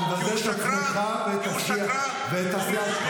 אתה מבזה את עצמך ואת הסיעה שלך.